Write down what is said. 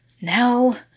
Now